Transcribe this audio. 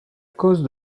cause